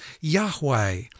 Yahweh